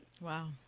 Wow